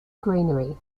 greenery